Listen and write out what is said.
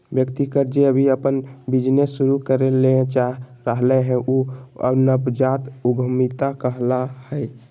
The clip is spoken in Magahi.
व्यक्ति जे अभी अपन बिजनेस शुरू करे ले चाह रहलय हें उ नवजात उद्यमिता कहला हय